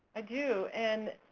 i do and